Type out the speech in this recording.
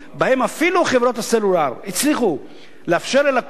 שבהם אפילו חברות הסלולר הצליחו לאפשר ללקוח